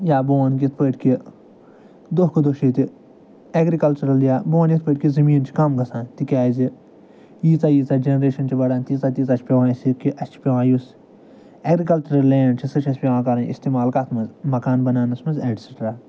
یا بہٕ وَنہٕ یِتھ پٲٹھۍ کہِ دۄہ کھۄ دۄہ چھِ ییٚتہِ اٮ۪گرِکَلچٕرَل یا بہٕ وَنہٕ یِتھ پٲٹھۍ کہِ زٔمیٖن چھِ کَم گژھان تِکیٛازِ ییٖژاہ ییٖژاہ جَنریشَن چھِ بڑھان تیٖژاہ تیٖژاہ چھِ پٮ۪وان اَسہِ یہِ کہِ اَسہِ چھِ پٮ۪وان یُس اٮ۪گرِکَلچٕرَل لینٛڈ چھِ سُہ چھِ اَسہِ پٮ۪وان کَرٕنۍ اِستعمال کَتھ منٛز مکان بناونَس منٛز اٮ۪ٹسِٹرا